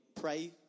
Pray